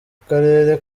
karere